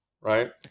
right